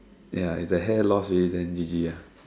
ya if the hair lost already then G_G ah